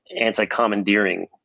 anti-commandeering